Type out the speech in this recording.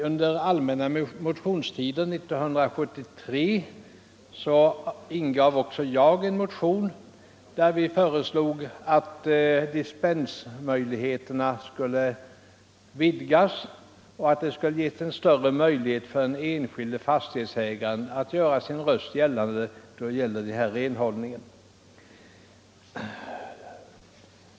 Under den allmänna motionstiden 1973 ingav herr Larsson i Borrby och jag en motion där vi föreslog att dispensmöjligheterna skulle vidgas och att större möjlighet skulle ges den enskilde fastighetsägaren att göra sin röst hörd i fråga om renhållningen.